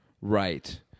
right